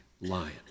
lion